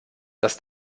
dass